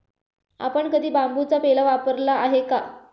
आपण कधी बांबूचा पेला वापरला आहे का?